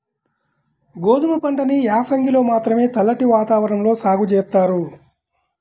గోధుమ పంటని యాసంగిలో మాత్రమే చల్లటి వాతావరణంలో సాగు జేత్తారు